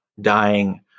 dying